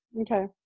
Okay